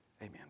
Amen